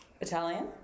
Italian